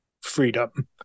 freedom